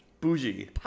Bougie